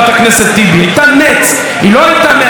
היא לא הייתה מהיונים במפלגת הליכוד,